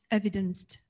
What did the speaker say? evidenced